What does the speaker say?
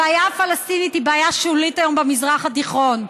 הבעיה הפלסטינית היא בעיה שולית היום במזרח התיכון,